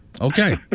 Okay